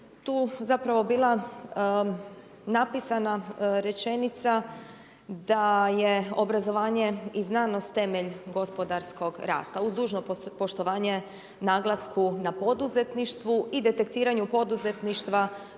tu zapravo bila napisana rečenica da je obrazovanje i znanost temelj gospodarskog rasta, uz dužno poštovanje naglasku na poduzetništvu i detektiranju poduzetništva